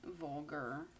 vulgar